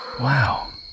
Wow